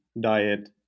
Diet